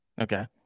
Okay